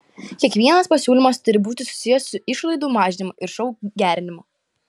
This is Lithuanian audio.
kiekvienas pasiūlymas turi būti susijęs su išlaidų mažinimu ir šou gerinimu